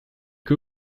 que